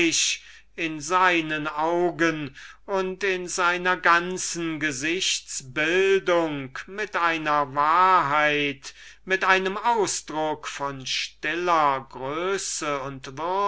in seinen augen und in seiner ganzen gesichts-bildung mit einer wahrheit mit einem ausdruck von stiller größe